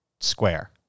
Square